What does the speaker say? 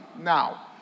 Now